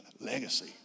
legacy